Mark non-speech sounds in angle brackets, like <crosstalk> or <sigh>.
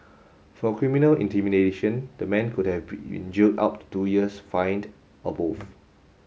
for criminal intimidation the man could have been <unintelligible> jailed up to two years fined or both